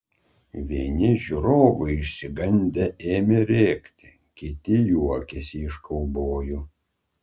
vieni žiūrovai išsigandę ėmė rėkti kiti juokėsi iš kaubojų